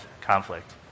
conflict